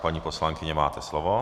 Paní poslankyně, máte slovo.